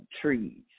trees